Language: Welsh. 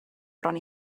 bron